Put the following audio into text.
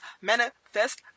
manifest